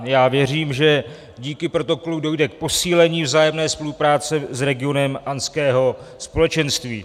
Já věřím, že díky protokolu dojde k posílení vzájemné spolupráce s regionem Andského společenství.